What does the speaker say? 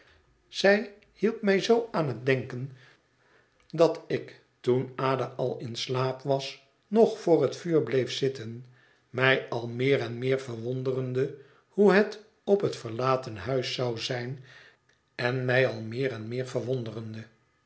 zij hielp mij zoo aan het denken dat ik toen ada al in slaap was nog voor het vuur bleef zitten mij al meer en meer verwonderende hoe het op het verlaten huis zou zijn en mij al meer en meer verwonderende